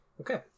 Okay